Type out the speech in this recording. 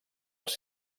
els